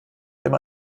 immer